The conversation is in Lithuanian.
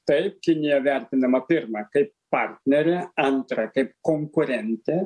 taip kinija vertinama pirma kaip partnerė antra kaip konkurentė